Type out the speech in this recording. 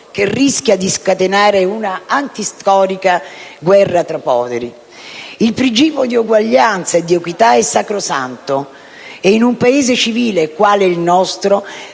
che rischia di scatenare un'antistorica guerra tra poveri. Il principio di uguaglianza e di equità è sacrosanto e un Paese civile, quale è il nostro,